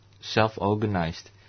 self-organized